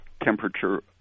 temperature